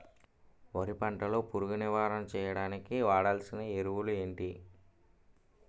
వరి పంట లో పురుగు నివారణ చేయడానికి వాడాల్సిన ఎరువులు ఏంటి?